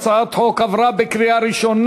ההצעה להעביר את הצעת חוק הביטוח הלאומי (תיקון מס' 150)